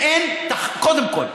קודם כול,